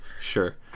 sure